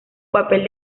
papel